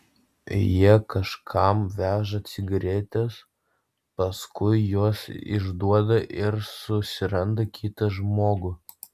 jie kažkam veža cigaretes paskui juos išduoda ir susiranda kitą žmogų